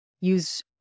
use